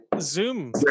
Zoom